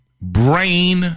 Brain